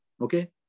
Okay